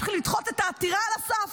צריך לדחות את העתירה על הסף.